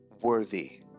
worthy